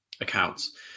accounts